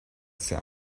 assez